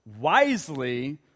wisely